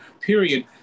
period